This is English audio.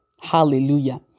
Hallelujah